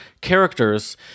characters